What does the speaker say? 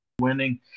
winning